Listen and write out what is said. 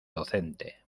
docente